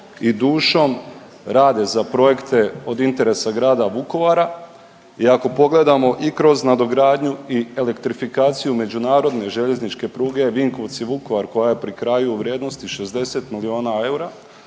i dušom rade za projekte od interese grada Vukovara, jer ako pogledamo i kroz nadogradnji i elektrifikaciju međunarodne željezničke pruge Vinkovci-Vukovar koja je pri kraju, u vrijednosti 60 milijuna eura,